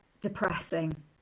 depressing